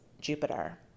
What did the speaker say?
Jupiter